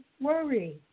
worry